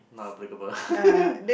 not applicable